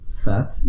Fat